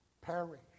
perish